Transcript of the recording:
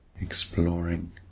Exploring